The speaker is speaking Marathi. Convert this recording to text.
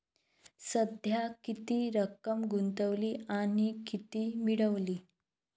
सध्या किती रक्कम गुंतवली आणि किती मिळाली